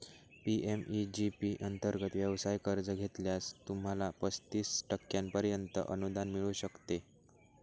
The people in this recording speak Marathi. पी.एम.ई.जी पी अंतर्गत व्यवसाय कर्ज घेतल्यास, तुम्हाला पस्तीस टक्क्यांपर्यंत अनुदान मिळू शकते